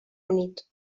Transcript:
unit